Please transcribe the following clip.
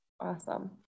Awesome